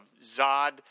Zod